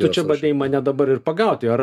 tu čia bandai mane dabar ir pagauti ar